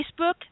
Facebook